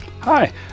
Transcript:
Hi